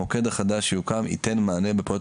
המוקד החדש שיוקם ייתן מענה בפעולות